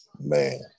Man